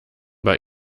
bei